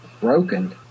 Broken